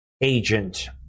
agent